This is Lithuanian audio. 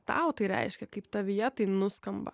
tau tai reiškia kaip tavyje tai nuskamba